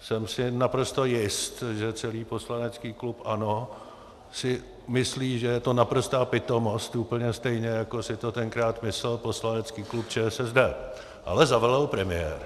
Jsem si naprosto jist, že celý poslanecký klub ANO si myslí, že je to naprostá pitomost, úplně stejně, jako si to tenkrát myslel poslanecký klub ČSSD, ale zavelel premiér.